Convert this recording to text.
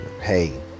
Hey